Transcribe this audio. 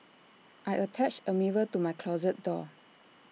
I attached A mirror to my closet door